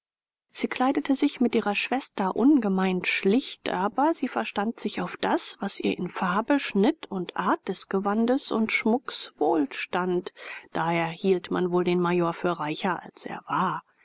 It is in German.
sie kleidete sich mit ihrer schwester ungemein schlicht aber sie verstand sich auf das was ihr in farbe schnitt und art des gewandes und schmucks wohlstand daher hielt man wohl den major für reicher als er war